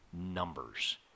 numbers